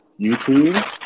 YouTube